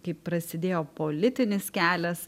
kai prasidėjo politinis kelias